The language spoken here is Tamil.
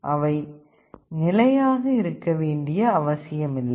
அவை நிலையாக இருக்க வேண்டிய அவசியமில்லை